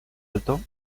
alto